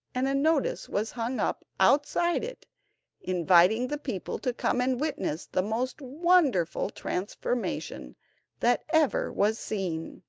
and a notice was hung up outside it inviting the people to come and witness the most wonderful transformation that ever was seen.